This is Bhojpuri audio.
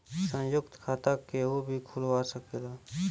संयुक्त खाता केहू भी खुलवा सकेला